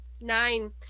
Nine